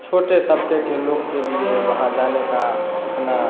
छोटे तबके के लोग के लिए वहाँ जाने का उतना